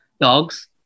Dogs